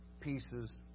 pieces